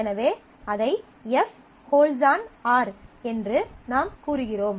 எனவே அதை F holds on R என்று நாம் கூறுகிறோம்